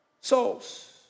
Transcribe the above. souls